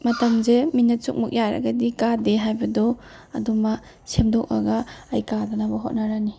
ꯃꯇꯝꯁꯦ ꯃꯤꯅꯠ ꯁꯨꯝꯃꯨꯛ ꯌꯥꯏꯔꯒꯗꯤ ꯀꯥꯗꯦ ꯍꯥꯏꯕꯗꯣ ꯑꯗꯨꯝꯃ ꯁꯦꯝꯗꯣꯛꯑꯒ ꯑꯩ ꯀꯥꯗꯅꯕ ꯍꯣꯠꯅꯔꯅꯤ